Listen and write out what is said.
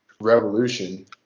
revolution